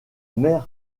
mer